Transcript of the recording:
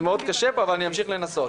מאוד קשה פה אבל אמשיך לנסות.